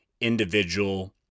individual